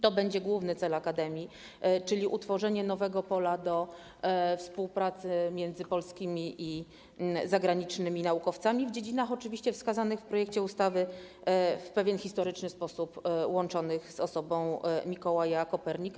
To będzie główny cel akademii, czyli utworzenie nowego pola do współpracy między polskimi i zagranicznymi naukowcami w dziedzinach wskazanych w projekcie ustawy w pewien historyczny sposób łączonych z osobą Mikołaja Kopernika.